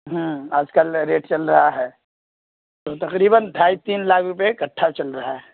ہوں آج کل ریٹ چل رہا ہے تو تقریباً ڈھائی تین لاکھ روپئے کٹھا چل رہا ہے